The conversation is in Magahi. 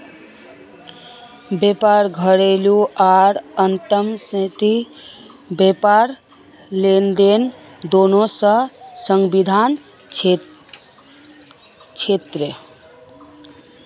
व्यापार घरेलू आर अंतर्राष्ट्रीय व्यापार लेनदेन दोनों स संबंधित छेक